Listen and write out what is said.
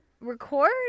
record